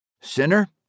Sinner